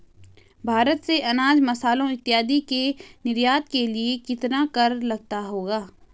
भारत से अनाज, मसालों इत्यादि के निर्यात के लिए कितना कर लगता होगा?